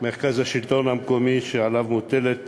מרכז השלטון המקומי, שעליו מוטלת